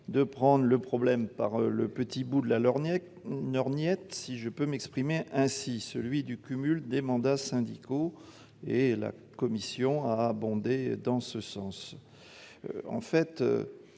de prendre le problème par le petit bout de la lorgnette, si je peux m'exprimer ainsi : le cumul des mandats syndicaux. La commission a abondé dans son sens.